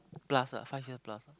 plus lah five years plus lah